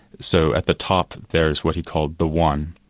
so at the top there's what he called the one.